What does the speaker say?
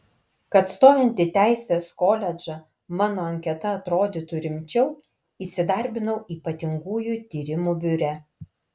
kad stojant į teisės koledžą mano anketa atrodytų rimčiau įsidarbinau ypatingųjų tyrimų biure